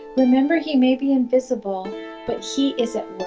remember he may be invisible but he is at